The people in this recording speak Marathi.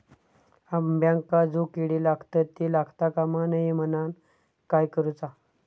अंब्यांका जो किडे लागतत ते लागता कमा नये म्हनाण काय करूचा?